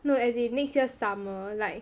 no as in next year summer like